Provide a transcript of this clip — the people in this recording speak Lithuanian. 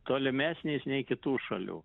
tolimesnis nei kitų šalių